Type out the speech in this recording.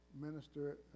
minister